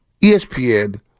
ESPN